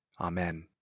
Amen